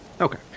Okay